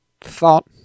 thought